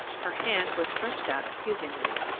her hand was stretched out accusingly.